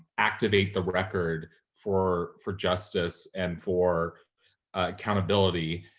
activate the record for for justice and for accountability.